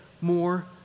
more